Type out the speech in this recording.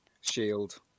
Shield